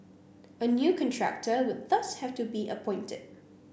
a new contractor would thus have to be appointed